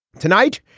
tonight,